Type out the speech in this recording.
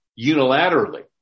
unilaterally